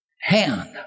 hand